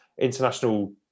international